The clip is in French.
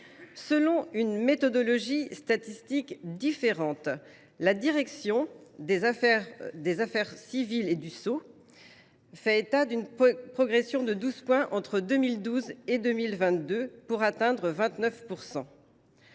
Selon une méthodologie statistique différente, la direction des affaires civiles et du sceau (DACS) fait état d’une progression de 12 points entre 2012 et 2022 : 29